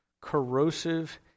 corrosive